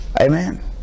Amen